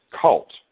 Cult